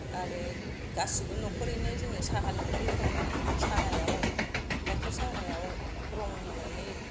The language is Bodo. आरो गासैबो न'खरैनो जोङो साहा लोङो एखमबा साहायाव गाइखेर साहायाव रं होनानै